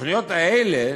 התוכניות האלה